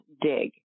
dig